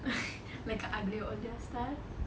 like aglio olio style